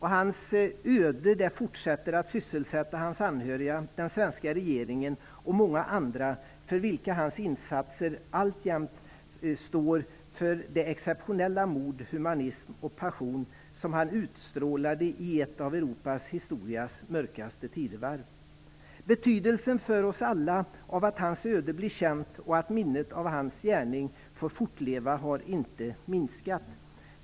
Hans öde fortsätter att sysselsätta hans anhöriga, den svenska regeringen och många andra för vilka hans insatser alltjämt står för det exceptionella mod och den exceptionella humanism och passion som han utstrålade i ett av Europas historias mörkaste tidevarv. Betydelsen för oss alla av att hans öde blir känt och att minnet av hans gärning får fortleva har inte minskat.